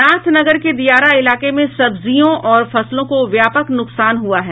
नाथनगर के दियारा इलाके में सब्जियों और फसलों को व्यापक नुकसान हुआ है